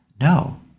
no